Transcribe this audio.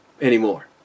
anymore